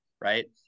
right